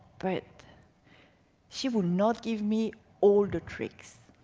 but she will not give me all the tricks.